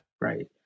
right